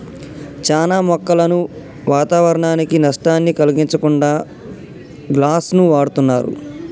చానా మొక్కలను వాతావరనానికి నష్టాన్ని కలిగించకుండా గ్లాస్ను వాడుతున్నరు